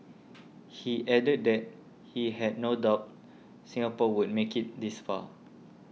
he added that he had no doubt Singapore would make it this far